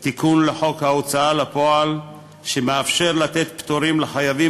תיקון לחוק ההוצאה לפועל שמאפשר לתת פטורים לחייבים